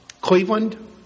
Cleveland